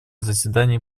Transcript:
заседаний